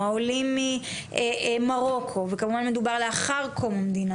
או העולים ממרוקו וכמובן מדובר לאחר קום המדינה,